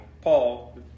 Paul